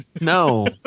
No